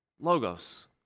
Logos